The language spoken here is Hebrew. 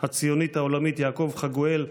הציונית העולמית יעקב חגואל,